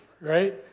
right